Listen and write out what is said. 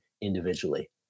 individually